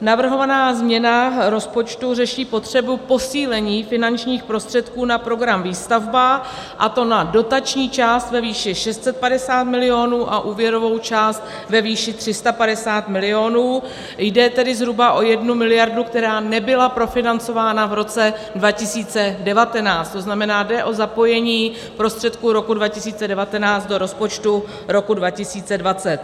Navrhovaná změna rozpočtu řeší potřebu posílení finančních prostředků na program Výstavba, a to na dotační část ve výši 650 milionů a úvěrovou část ve výši 350 milionů jde tedy zhruba o 1 miliardu, která nebyla profinancována v roce 2019, to znamená, jde o zapojení prostředků roku 2019 do rozpočtu roku 2020